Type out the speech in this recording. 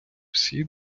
всі